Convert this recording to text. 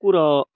କୁକୁର